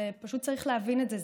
פשוט צריך להבין את זה,